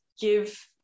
give